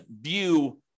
view